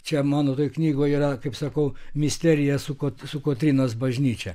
čia mano toj knygoj yra kaip sakau misterija su kot su kotrynos bažnyčia